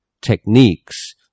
techniques